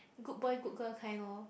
good boy good girl kind loh